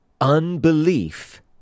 unbelief